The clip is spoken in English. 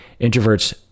Introverts